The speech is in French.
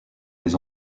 les